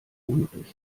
unrecht